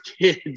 kids